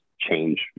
change